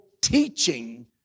teaching